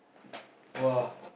!wah!